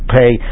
pay